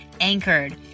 Anchored